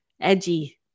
edgy